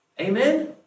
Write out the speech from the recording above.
Amen